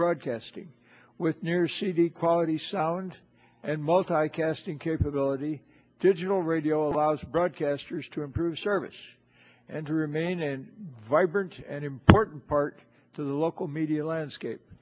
broadcasting with near cd quality sound and multicasting capability digital radio allows broadcasters to improve service and to remain and vibrant and important part to the local media landscape